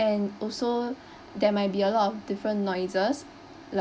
and also there might be a lot of different noises